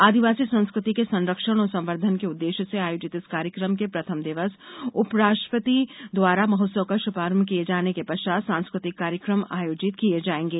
आदिवासी संस्कृति के संरक्षण और संवर्धन के उद्देश्य से आयोजित इस कार्यक्रम के प्रथम दिवस उपराष्ट्रपति द्वारा महोत्सव का शुभारंभ किए जाने के पश्चात् सांस्कृतिक कार्यक्रम आयोजित किए जायेंगे